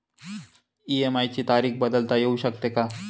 EMI ची तारीख बदलता येऊ शकते का?